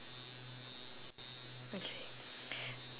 mm K